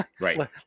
right